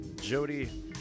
jody